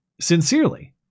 sincerely